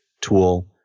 tool